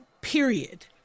Period